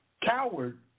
Coward